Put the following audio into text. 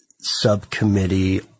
subcommittee